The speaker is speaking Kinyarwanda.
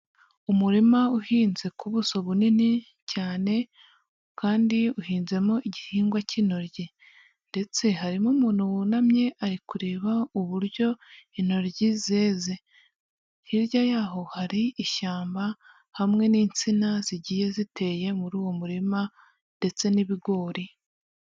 Umurima uhinze ku buso bunini cyane kandi uhinzemo igihingwa cy'intoryi ndetse harimo umuntu wunamye, ari kureba uburyo intoryi zeze, hirya yaho hari ishyamba hamwe n'insina zigiye ziteye muri uwo murima ndetse n'ibigori.